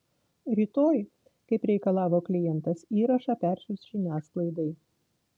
rytoj kaip reikalavo klientas įrašą persiųs žiniasklaidai